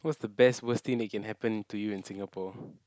what's the best worst thing that can happen to you in Singapore